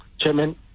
chairman